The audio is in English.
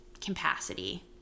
capacity